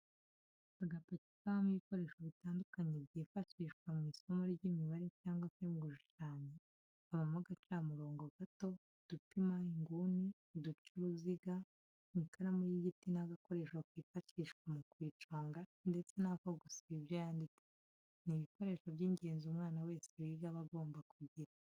Agapaki kabamo ibikoresho bitandukanye byifashishwa mw'isomo ry'imibare cyangwa se mu gushushanya habamo agacamurobo gato, udupima inguni, uducaruziga ,ikaramu y'igiti n'agakoresho kifashishwa mu kuyiconga ndetse n'ako gusiba ibyo yanditse, ni ibikoresho by'ingenzi umwana wese wiga aba agomba kugira.